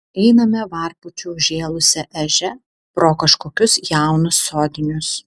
einame varpučiu užžėlusia ežia pro kažkokius jaunus sodinius